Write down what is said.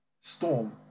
storm